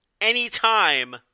anytime